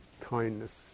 kindness